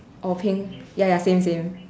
oh pink ya ya same same